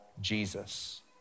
Jesus